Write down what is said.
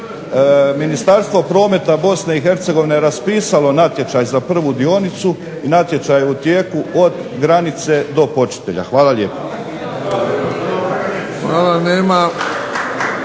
Ministarstvo prometa Bosne i Hercegovine raspisalo natječaj za prvu dionicu i natječaj je u tijeku od granice do …/Govornik se ne razumije./… Hvala lijepa.